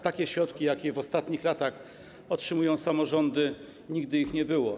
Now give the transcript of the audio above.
Takich środków, jakie w ostatnich latach otrzymują samorządy, nigdy nie było.